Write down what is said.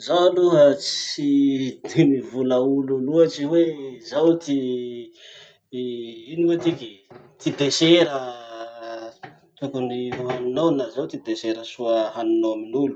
Zaho aloha tsy de mivola olo loatsy hoe zao ty, iiii ty, ino moa tiky? Ty desera tokony haninao na zap ty desera soa haninao amin'olo.